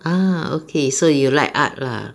ah okay so you like art lah